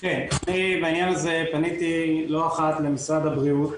אני בעניין הזה פניתי לא אחת למשרד הבריאות,